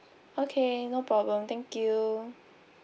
okay no problem thank you